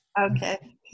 Okay